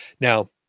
Now